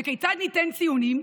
וכיצד ניתן ציונים?